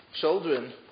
Children